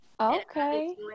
Okay